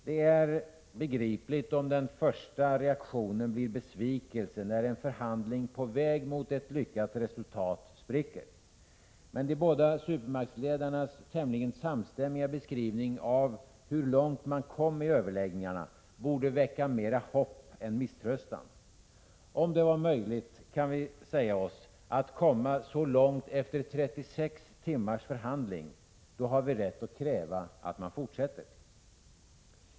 Det är begripligt om den första reaktionen blir besvikelse när en förhandling på väg mot ett lyckat resultat spricker. Men de båda supermaktsledarnas tämligen samstämmiga beskrivningar av hur långt man kom i överläggningarna borde väcka mera hopp än misströstan. Om det var möjligt, kan vi säga oss, att komma så långt efter 36 timmars förhandling, då har vi rätt att kräva att man fortsätter.